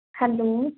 hello